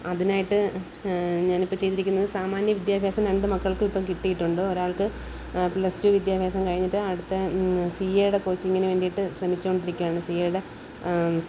അതിനായിട്ട് ഞാനിപ്പോള് ചെയ്തിരിക്കുന്നത് സാമാന്യ വിദ്യാഭ്യാസം രണ്ട് മക്കൾക്കും ഇപ്പോള് കിട്ടിയിട്ടുണ്ട് ഒരാൾക്ക് പ്ലസ് റ്റു വിദ്യാഭ്യാസം കഴിഞ്ഞിട്ട് അടുത്തെ സി എയുടെ കോച്ചിങ്ങിന് വേണ്ടിയിട്ട് ശ്രമിച്ചുകൊണ്ടിരിക്കുകയാണ് സി എയുടെ